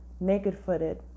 naked-footed